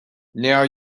now